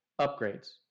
upgrades